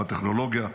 בטכנולוגיה,